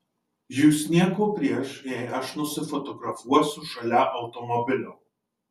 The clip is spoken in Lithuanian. jus nieko prieš jei aš nusifotografuosiu šalia automobilio